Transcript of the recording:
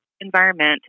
environment